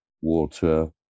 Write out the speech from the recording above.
water